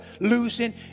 losing